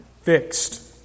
fixed